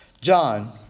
John